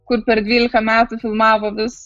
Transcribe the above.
kur per dvylika metų filmavo vis